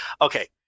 Okay